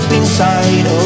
inside